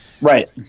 right